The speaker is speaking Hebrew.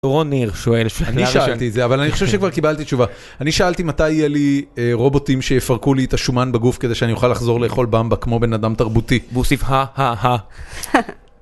רון ניר שואל, אני שאלתי את זה אבל אני חושב שכבר קיבלתי תשובה. אני שאלתי מתי יהיה לי רובוטים שיפרקו לי את השומן בגוף כדי שאני אוכל לחזור לאכול במבה כמו בן אדם תרבותי.והוסיף הא... הא... הא...